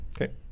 Okay